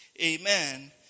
Amen